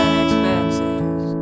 expenses